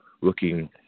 looking –